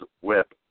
whip